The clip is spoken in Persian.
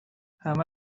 همه